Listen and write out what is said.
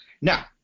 Now